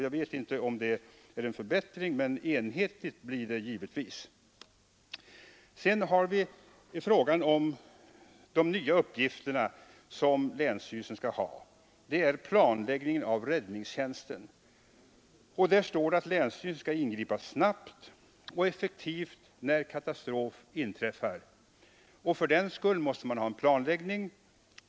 Jag vet inte om det innebär en förbättring, men enhetligt blir det givetvis. Sedan har vi frågan om de nya uppgifterna för länsstyrelserna, nämligen planläggning av räddningstjänsten. Där heter det att länsstyrelsen skall ingripa snabbt och effektivt när katastrof inträffar. Fördenskull måste man ha en planläggning.